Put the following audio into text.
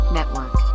Network